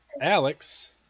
Alex